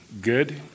good